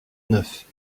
neuf